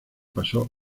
pasó